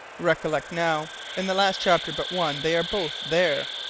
recollect, now, in the last chapter but one they are both there.